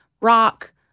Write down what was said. rock